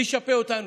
מי ישפה אותנו?